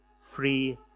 free